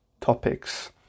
topics